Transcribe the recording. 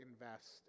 invest